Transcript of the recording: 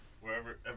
Wherever